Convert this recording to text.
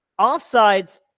offsides